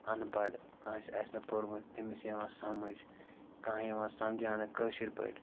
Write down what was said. اَن پَڑھ کٲنٛسہِ آسہِ نہٕ پوٚرمُت تٔمِس یِوان سَمٕج کانٛہہِ یِوان سَمجاونہٕ کٲشِرۍ پٲٹھۍ